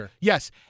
Yes